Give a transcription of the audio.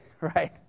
right